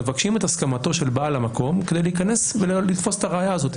- של בעל המקום כדי להיכנס ולתפוס את הראיה הזאת.